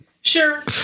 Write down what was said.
Sure